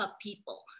people